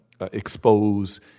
expose